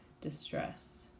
distress